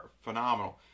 phenomenal